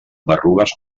berrugues